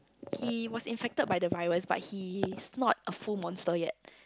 he was infected by the virus but he is not a full monster yet